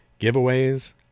Giveaways